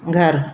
घर